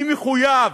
אני מחויב,